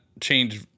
change